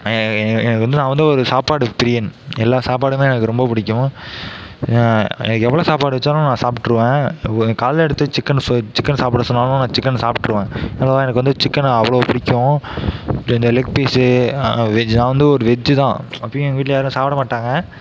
எனக்கு வந்து நான் வந்து ஒரு சாப்பாடு பிரியன் எல்லா சாப்பாடுமே எனக்கு ரொம்ப பிடிக்கும் எனக்கு எவ்வளோ சாப்பாடு வச்சாலும் நான் சாப்பிட்ருவேன் காலையில் எடுத்து சிக்கன் சொ சிக்கென்னு சாப்பிட சொன்னாலும் நான் சிக்கன சாப்பிட்ருவேன் அதனால எனக்கு வந்து சிக்கென்னு அவ்வளோ பிடிக்கும் இந்த லெக் பீசு நான் வந்து ஒரு வெஜ்ஜு தான் அப்பையும் எங்கள் வீட்டில் யாரும் சாப்பிட மாட்டாங்க